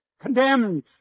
condemned